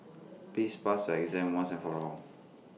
please pass your exam once and for all